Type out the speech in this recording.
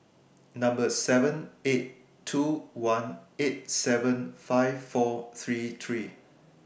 seven eight two one eight seven five four three three